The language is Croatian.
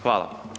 Hvala.